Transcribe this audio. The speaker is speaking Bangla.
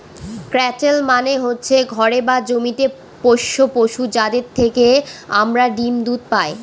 ক্যাটেল মানে হচ্ছে ঘরে বা জমিতে পোষ্য পশু, যাদের থেকে আমরা ডিম দুধ পায়